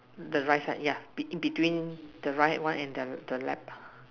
the right side yeah in between the right one and the left